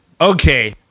Okay